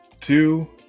two